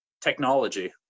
technology